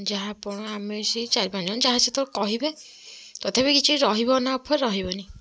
ଯାହା ଆପଣ ଆମେ ସେଇ ଚାରି ପାଞ୍ଚଜଣ ଯାହା ସେତେବେଳ କହିବେ ତଥାପି କିଛି ରହିବନା ଅଫର୍ ରହିବନି